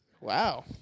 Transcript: Wow